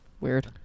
Weird